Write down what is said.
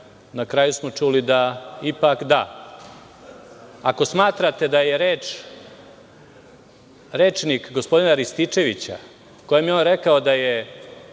na kraju smo čuli da ipak da. Ako smatrate da je rečnik gospodina Rističevića, kojim je on rekao da je